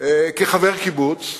כחבר קיבוץ,